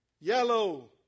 yellow